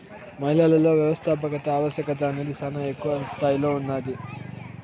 మహిళలలో వ్యవస్థాపకత ఆవశ్యకత అనేది శానా ఎక్కువ స్తాయిలో ఉన్నాది